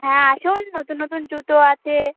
হ্যাঁ আসুন নতুন নতুন জুতো আছে